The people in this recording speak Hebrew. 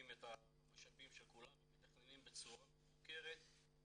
את המשאבים של כולם ומתכללים בצורה מבוקרת,